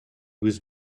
was